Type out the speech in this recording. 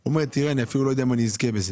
והוא אמר לי שהוא אפילו לא יודע אם הוא יזכה בזה.